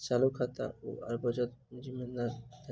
चालू खाता आओर बचत खातामे जियादा ब्याज कथी मे दैत?